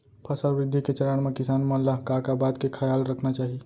फसल वृद्धि के चरण म किसान मन ला का का बात के खयाल रखना चाही?